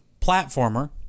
platformer